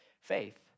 faith